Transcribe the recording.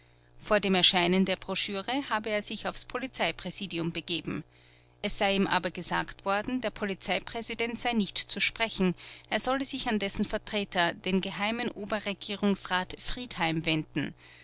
vor dem erscheinen der broschüre habe er sich aufs polizeipräsidium begeben es sei ihm aber gesagt worden der polizeipräsident sei nicht zu sprechen er solle sich an dessen vertreter den geheimen oberregierungsrat friedheim wenden